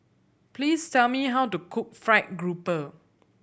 please tell me how to cook fried grouper